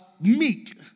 meek